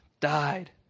died